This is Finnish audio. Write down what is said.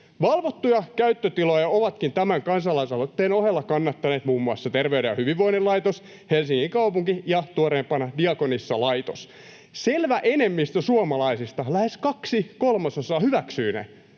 Valvottuja käyttötiloja ovatkin tämän kansalais-aloitteen ohella kannattaneet muun muassa Terveyden ja hyvinvoinnin laitos, Helsingin kaupunki ja tuoreimpana Diakonissalaitos. Selvä enemmistö suomalaisista, lähes kaksi kolmasosaa, hyväksyy ne.